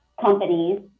companies